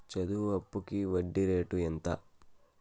చదువు అప్పుకి వడ్డీ రేటు ఎంత?